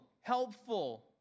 helpful